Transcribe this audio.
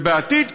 ובעתיד,